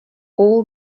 all